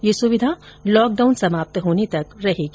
यह सुविधा लॉकडाउन समाप्त होने तक रहेगी